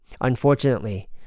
Unfortunately